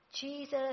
Jesus